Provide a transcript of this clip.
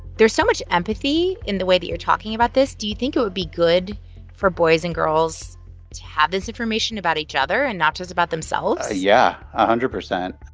there's so much empathy in the way that you're talking about this. do you think it would be good for boys and girls to have this information about each other and not just about themselves? yeah, a hundred percent.